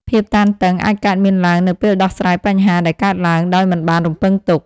ភាពតានតឹងអាចកើតមានឡើងនៅពេលដោះស្រាយបញ្ហាដែលកើតឡើងដោយមិនបានរំពឹងទុក។